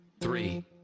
three